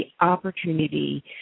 opportunity